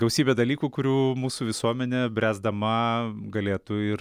gausybė dalykų kurių mūsų visuomenė bręsdama galėtų ir